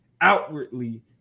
outwardly